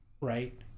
right